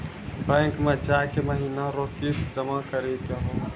bank मे जाय के महीना रो किस्त जमा करी दहो